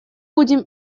будем